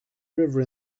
river